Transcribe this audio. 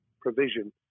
provision